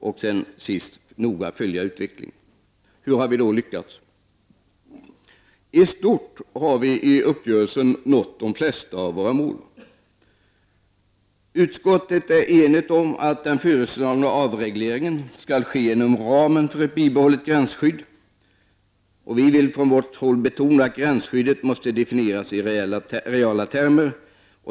Sist vill vi noga följa utvecklingen. Har vi då lyckats? I stort sett har vi i uppgörelsen nått de flesta av våra mål. Utskottet är enigt om att den föreslagna avregleringen skall ske inom ramen för ett bibehållet gränsskydd. Vi vill från vårt håll betona att gränsskyddet måste definieras i reala termer.